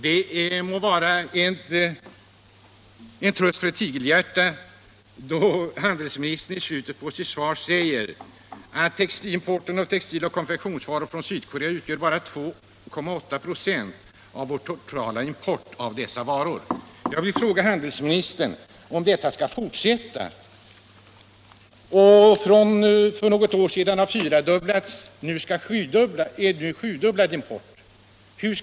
Det må vara en tröst för ett tigerhjärta att handelsministern i slutet på sitt svar säger, att importen av textiloch konfektionsvaror från Sydkorea utgör bara 2,8 26 av vår totala import av dessa varor. Jag vill fråga handelsministern om den utveckling som innebär att förhållandet mellan importen och exporten ökat från fyra till sju skall fortsätta.